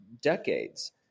decades